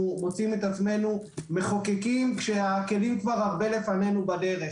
מוצאים עצמנו מחוקקים כשהכלים הרבה לפנינו בדרך.